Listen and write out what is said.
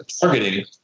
targeting